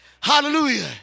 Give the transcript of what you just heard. Hallelujah